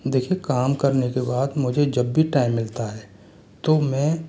देखिए काम करने के बाद मुझे जब भी टाइम मिलता है तो मैं